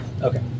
Okay